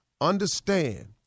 understand